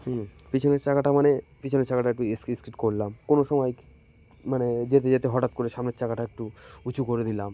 হুম পিছনের চাকাটা মানে পিছনের চাকাটা একটু স্কিড স্কিড করলাম কোনো সময় মানে যেতে যেতে হঠাৎ করে সামনের চাকাটা একটু উঁচু করে দিলাম